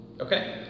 Okay